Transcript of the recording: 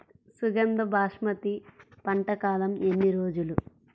సుగంధ బాస్మతి పంట కాలం ఎన్ని రోజులు?